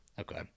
okay